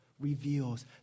Reveals